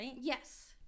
Yes